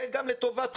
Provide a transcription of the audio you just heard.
זה גם לטובתכם.